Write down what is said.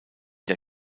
der